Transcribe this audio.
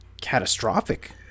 catastrophic